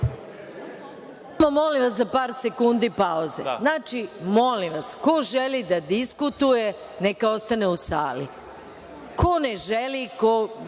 molim vas za par sekundi pauze. Znači, molim vas, ko želi da diskutuje neka ostane u sali. Ko ne želi, ko